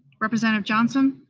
representative johnson?